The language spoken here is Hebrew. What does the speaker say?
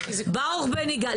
ברוך בן יגאל.